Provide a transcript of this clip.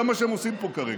זה מה שהם עושים פה כרגע,